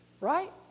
right